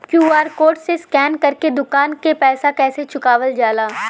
QR code से scan कर के दुकान के पैसा कैसे चुकावल जाला?